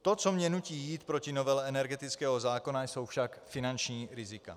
To, co mě nutí jít proti novele energetického zákona, jsou však finanční rizika.